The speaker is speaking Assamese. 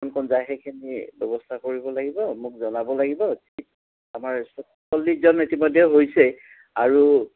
কোন ক'ত যায় সেইখিনি ব্যৱস্থা কৰিব লাগিব মোক জনাব লাগিব ঠিক আমাৰ চল্লিছজন ইতিমধ্যে হৈছেই আৰু